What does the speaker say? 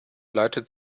leitet